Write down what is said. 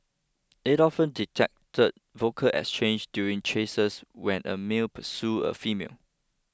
it often detected vocal exchanges during chases when a male pursued a female